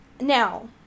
Now